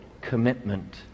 commitment